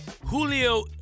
Julio